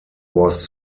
was